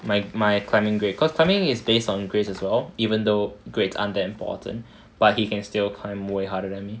my my climbing grade cause climbing is based on grades as well even though grades aren't that important but he can still climb way harder than me